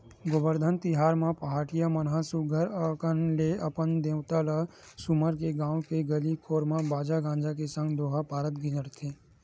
गोबरधन तिहार म पहाटिया मन ह सुग्घर अंकन ले अपन देवता ल सुमर के गाँव के गली घोर म बाजा गाजा के संग दोहा पारत गिंजरथे